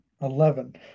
Eleven